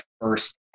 first